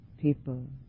people